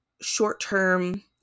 short-term